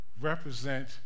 represent